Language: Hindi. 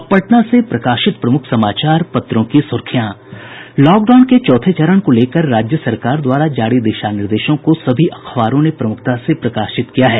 अब पटना से प्रकाशित प्रमुख समाचार पत्रों की सुर्खियां लॉकडाउन के चौथे चरण को लेकर राज्य सरकार द्वारा जारी दिशा निर्देशों को सभी अखबारों ने प्रमुखता से प्रकाशित किया है